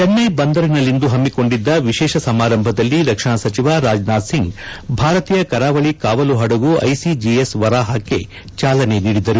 ಚೆನ್ವೈ ಬಂದರಿನಲ್ಲಿಂದು ಹಮ್ಮಿಕೊಂಡಿದ್ದ ವಿಶೇಷ ಸಮಾರಂಭದಲ್ಲಿ ರಕ್ಷಣಾ ಸಚಿವ ರಾಜನಾಥ್ ಸಿಂಗ್ ಭಾರತೀಯ ಕರಾವಳಿ ಕಾವಲು ಹಡಗು ಐಸಿಜಿಎಸ್ ವರಹಾಕ್ಕೆ ಚಾಲನೆ ನೀಡಿದರು